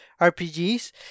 RPGs